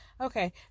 okay